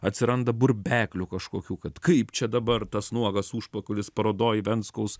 atsiranda burbeklių kažkokių kad kaip čia dabar tas nuogas užpakalis parodoj venckaus